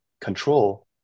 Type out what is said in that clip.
control